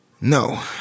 No